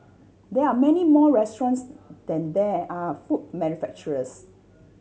there are many more restaurants than there are food manufacturers